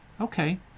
okay